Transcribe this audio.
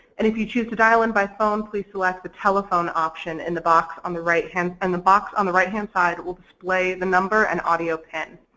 and if you choose to dial in by phone please select the telephone option in the box on the right hand, and the box on the right hand side will display the number and audio pin.